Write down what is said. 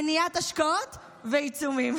מניעת השקעות ועיצומים.